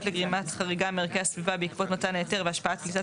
לגרימת חריגה מערכי סביבה בעקבות מתן ההיתר והשפעת פליטת